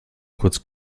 kurz